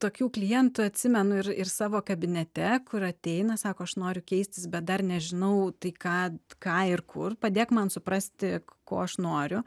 tokių klientų atsimenu ir ir savo kabinete kur ateina sako aš noriu keistis bet dar nežinau tai ką ką ir kur padėk man suprasti ko aš noriu